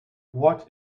what